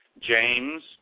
James